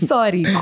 Sorry